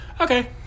okay